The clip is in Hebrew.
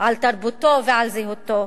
על תרבותו ועל זהותו.